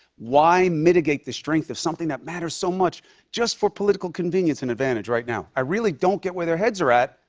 why mitigate the strength of something that matters so much just for political convenience and advantage right now. i really don't get where their heads are at,